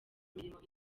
mirimo